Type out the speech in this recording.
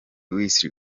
wesley